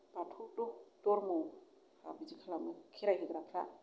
बाथौ धर्मआ बिदि खालामो खेराय होग्राफ्रा